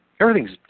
Everything's